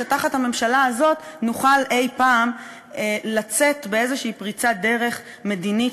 שתחת הממשלה הזאת נוכל אי-פעם לצאת באיזו פריצת דרך מדינית,